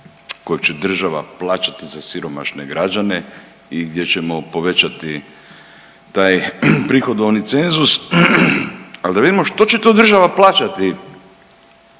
kojeg će država plaćati za siromašne građane i gdje ćemo povećati taj prihodovni cenzus, ali da vidimo što će to država plaćati